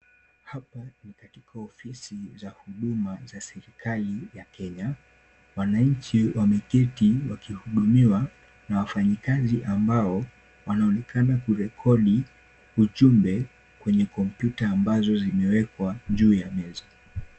Hapa ni katika ofisi za huduma za serikali ya Kenya. Wananchi wameketi wakihudumiwa na wafanyikazi ambao wanaonekana kurekodi ujumbe kwenye kompyuta ambazo zimewekwa juu ya meza.